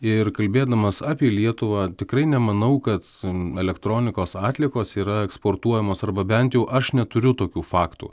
ir kalbėdamas apie lietuvą tikrai nemanau kad elektronikos atliekos yra eksportuojamos arba bent jau aš neturiu tokių faktų